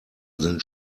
sind